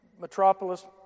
Metropolis